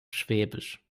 schwäbisch